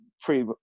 Pre